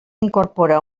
incorpora